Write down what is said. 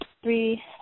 three